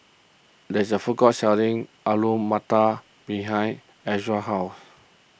there is a food court selling Alu Matar behind Elza's house